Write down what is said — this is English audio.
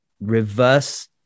reverse